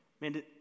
Man